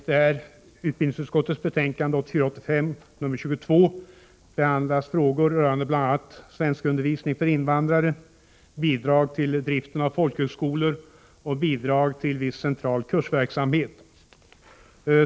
Herr talman! I utbildningsutskottets betänkande 1984/85:22 behandlas frågor rörande bl.a. svenskundervisning för invandrare, bidrag till driften av folkhögskolor och bidrag till viss central kursverksamhet.